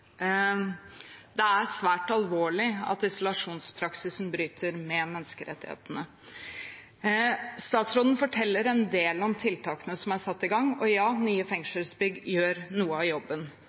Det er svært alvorlig at isolasjonspraksisen bryter med menneskerettighetene. Statsråden forteller en del om tiltakene som er satt i gang, og ja, nye fengselsbygg gjør noe av jobben.